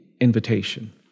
invitation